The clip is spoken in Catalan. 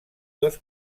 dos